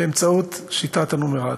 באמצעות שיטת הנומרטור.